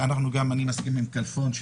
אני מסכים עם כלפון,